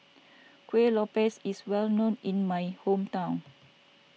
Kueh Lopes is well known in my hometown